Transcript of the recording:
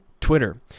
Twitter